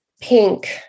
pink